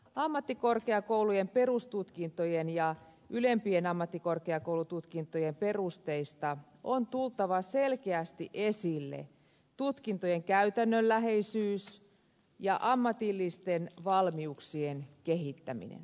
ammattikorkeakoulujen perustutkintojen ja ylempien ammattikorkeakoulututkintojen perusteista on tultava selkeästi esille tutkintojen käytännönläheisyys ja ammatillisten valmiuksien kehittäminen